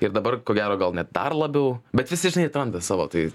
ir dabar ko gero gal net dar labiau bet visi žinai atranda savo tai